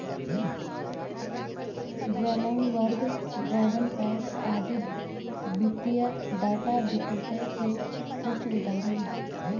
Bloomberg, RavenPack आदि वित्तीय data विक्रेता के कुछ उदाहरण हैं